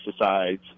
pesticides